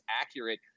accurate